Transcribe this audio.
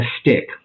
stick